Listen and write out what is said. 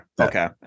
okay